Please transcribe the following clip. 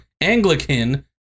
Anglican